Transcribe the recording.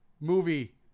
movie